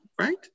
right